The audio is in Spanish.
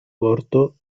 corto